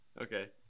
Okay